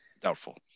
doubtful